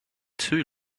too